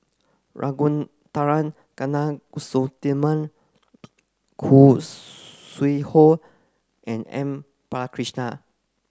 Ragunathar Kanagasuntheram Khoo Sui Hoe and M Balakrishnan